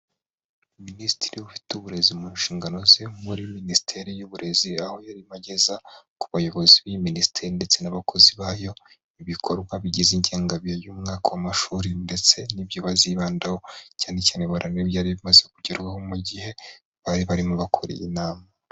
Minisitiri ufite uburezi mu nshingano ze muri minisiteri y'uburezi, aho yarimo ageza ku bayobozi b'iyi minisiteri ndetse n'abakozi bayo, ibikorwa bigize ingengabihe y'umwaka'amashuri, ndetse n'ibyo bazibandaho cyane cyane bareba n'ibyari bimaze kugerwaho, mu gihe bari barimo bakoraye nama.